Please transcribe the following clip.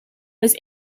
was